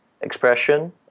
expression